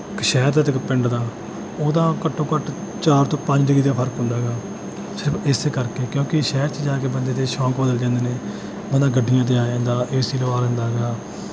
ਇੱਕ ਸ਼ਹਿਰ ਦਾ ਅਤੇ ਇੱਕ ਪਿੰਡ ਦਾ ਉਹਦਾ ਘੱਟੋ ਘੱਟ ਚਾਰ ਤੋਂ ਪੰਜ ਡਿਗਰੀ ਦਾ ਫਰਕ ਹੁੰਦਾ ਹੈਗਾ ਸਿਰਫ ਇਸ ਕਰਕੇ ਕਿਉਂਕਿ ਸ਼ਹਿਰ 'ਚ ਜਾ ਕੇ ਬੰਦੇ ਦੇ ਸ਼ੌਕ ਬਦਲ ਜਾਂਦੇ ਨੇ ਬੰਦਾ ਗੱਡੀਆਂ 'ਤੇ ਆ ਜਾਂਦਾ ਏ ਸੀ ਲਵਾ ਲੈਂਦਾ ਹੈਗਾ